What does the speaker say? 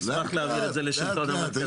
ישמח להעביר את זה לשלטון המרכזי.